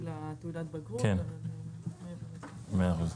מאה אחוז.